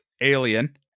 Alien